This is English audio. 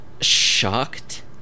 shocked